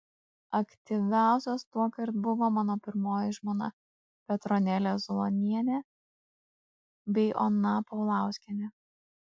aktyviausios tuokart buvo mano pirmoji žmona petronėlė zulonienė bei ona paulauskienė